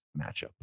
matchup